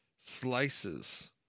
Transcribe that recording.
slices